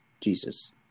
Jesus